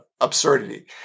absurdity